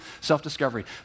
self-discovery